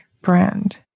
Brand